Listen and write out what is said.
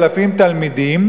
5,000 תלמידים,